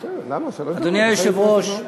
אדוני היושב-ראש,